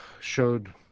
showed